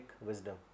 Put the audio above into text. wisdom